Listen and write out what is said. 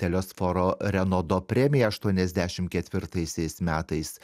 telesforo renodo premiją aštuoniasdešim ketvirtaisiais metais